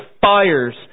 fires